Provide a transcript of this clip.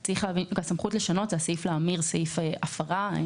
הסמכות לשנות היא הסעיף להמיר סעיף הפרה.